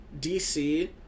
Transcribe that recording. DC